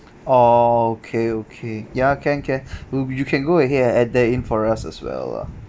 orh okay okay ya can can we'll be you can go ahead and add that for us as well lah